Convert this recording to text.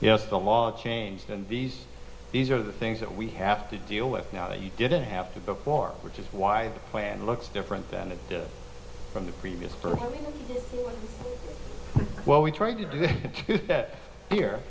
yes the law is changed and these these are the things that we have to deal with now that you didn't have to before which is why the plan looks different than it from the previous for well we tried to do that here